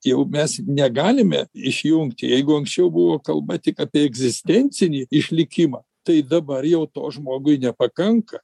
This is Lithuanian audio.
jau mes negalime išjungti jeigu anksčiau buvo kalba tik apie egzistencinį išlikimą tai dabar jau to žmogui nepakanka